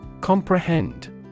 Comprehend